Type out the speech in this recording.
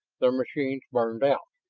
their machines burned out.